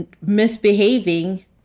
misbehaving